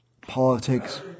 politics